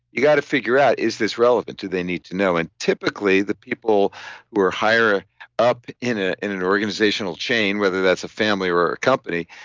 you got to figure out is this relevant? do they need to know? know? typically the people who are higher up in ah in an organizational chain, whether that's a family or a company,